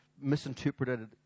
misinterpreted